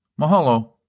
Mahalo